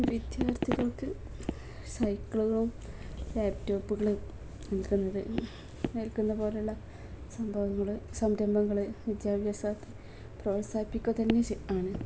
വിദ്യാർത്ഥികൾക്ക് സൈക്കിളുകളും ലാപ്ടോപ്പുകളും നൽകുന്നത് നൽക്കുന്നതു പോലെയുള്ള സംഭവങ്ങൾ സംരംഭങ്ങൾ വിദ്യാഭ്യാസം പ്രോത്സാഹിപ്പിക്കുക തന്നെ ആണ്